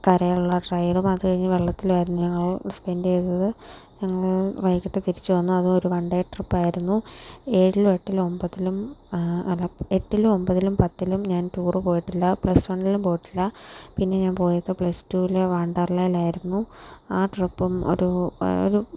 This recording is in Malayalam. കരയിലുള്ള റൈഡും അതുകഴിഞ്ഞ് വെള്ളത്തിലും ആയിരുന്നു ഞങ്ങൾ സ്പെന്റ് ചെയ്തത് ഞങ്ങൾ വൈകിട്ട് തിരിച്ചുവന്നു അതും ഒരു വൺ ഡേ ട്രിപ്പ് ആയിരുന്നു ഏഴിലും എട്ടിലും ഒമ്പതിലും അല്ല എട്ടിലും ഒമ്പതിലും പത്തിലും ഞാൻ ടൂർ പോയിട്ടില്ല പ്ലസ് വണ്ണിലും പോയിട്ടില്ല പിന്നെ ഞാൻ പോയത് പ്ലസ് ടുവിൽ വണ്ടർലയിലായിരുന്നു ആ ട്രിപ്പും ഒരു ഒരു